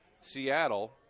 Seattle